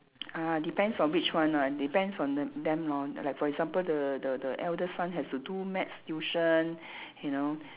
ah depends on which one ah depends on the~ them lor like for example the the the eldest son has to do math tuition you know